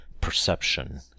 perception